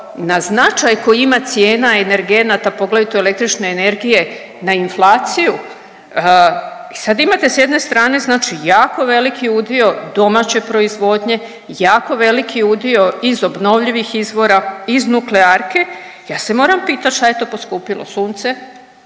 na značaj koji ima cijena energenata poglavito električne energije na inflaciju. I sad imate s jedne strane, znači jako veliki udio domaće proizvodnje, jako veliki udio iz obnovljivih izvora, iz nuklearke. Ja se moram pitati šta je to poskupilo sunce,